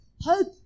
Hope